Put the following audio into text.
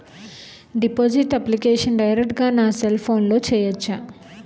Deposit application direct గా నా cell ఫోన్లో చెయ్యచా?